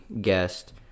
guest